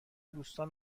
دوستان